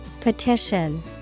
Petition